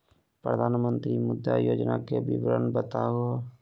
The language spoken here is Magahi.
प्रधानमंत्री मुद्रा योजना के विवरण बताहु हो?